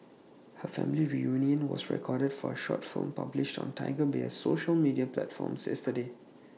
her family reunion was recorded for A short film published on Tiger Beer's social media platforms yesterday